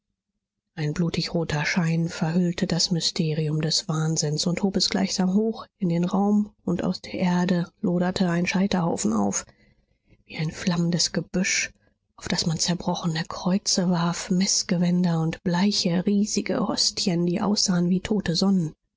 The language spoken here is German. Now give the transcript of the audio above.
ein blutigroter schein verhüllte das mysterium des wahnsinns und hob es gleichsam hoch in den raum und aus der erde loderte ein scheiterhaufen auf wie ein flammendes gebüsch auf das man zerbrochene kreuze warf meßgewänder und bleiche riesige hostien die aussahen wie tote sonnen